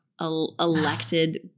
elected